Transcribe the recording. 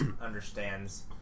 understands